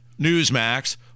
Newsmax